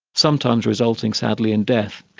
sometimes resulting sadly in death.